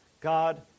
God